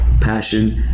passion